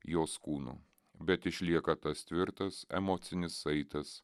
jos kūnu bet išlieka tas tvirtas emocinis saitas